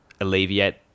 alleviate